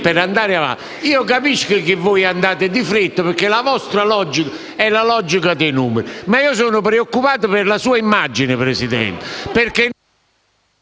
e andare avanti. Capisco che andate di fretta, perché la vostra logica è la logica dei numeri, ma sono preoccupato per la sua immagine, Presidente.